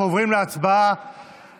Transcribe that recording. חברי הכנסת, אנחנו עוברים להצבעה אלקטרונית.